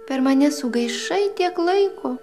per mane sugaišai tiek laiko